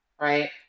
right